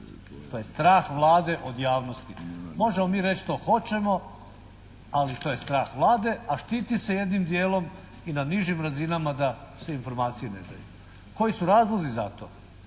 to je strah Vlade od javnosti. Možemo mi reći što hoćemo, ali to je strah Vlade, a štiti se jednim dijelom i na nižim razinama da se informacije ne daju. Koji su razlozi za to?